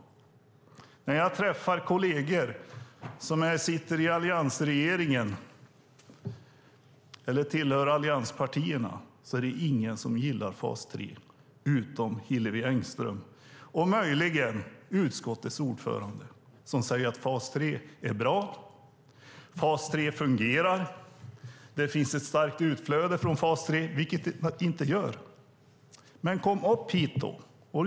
Ingen av mina kolleger som sitter i alliansregeringen eller tillhör allianspartierna gillar fas 3, utom Hillevi Engström och möjligen utskottets ordförande som säger att fas 3 är bra, att fas 3 fungerar och att det finns ett starkt utflöde från fas 3. Det gör det inte.